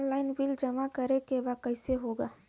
Online bill जमा करे के बा कईसे होगा?